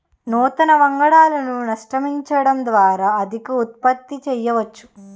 నూతన వంగడాలను సృష్టించడం ద్వారా అధిక ఉత్పత్తి చేయవచ్చు